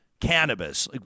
Cannabis